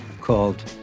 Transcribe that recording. called